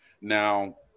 Now